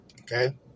Okay